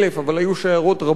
אבל היו שיירות רבות כאלה.